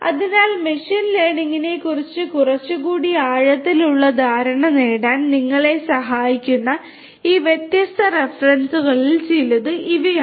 അതിനാൽ മെഷീൻ ലേണിംഗിനെക്കുറിച്ച് കുറച്ചുകൂടി ആഴത്തിലുള്ള ധാരണ നേടാൻ നിങ്ങളെ സഹായിക്കുന്ന ഈ വ്യത്യസ്ത റഫറൻസുകളിൽ ചിലത് ഇവയാണ്